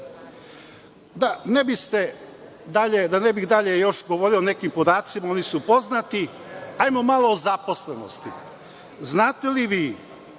ne bih dalje još govorio o nekim podacima, oni su poznati, hajdemo malo o zaposlenosti. Znate li vi